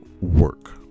work